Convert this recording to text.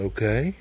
Okay